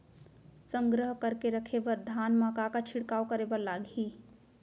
संग्रह करके रखे बर धान मा का का छिड़काव करे बर लागही?